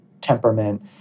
temperament